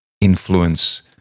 influence